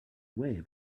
away